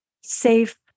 safe